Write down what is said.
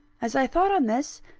as i thought on this,